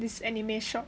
this anime shop